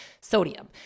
sodium